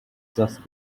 just